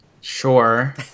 Sure